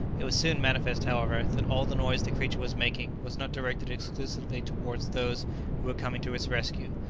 it was soon manifest, however, that all the noise the creature was making was not directed exclusively towards those who were coming to its rescue,